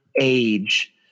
age